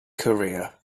career